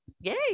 Yay